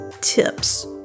tips